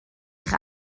eich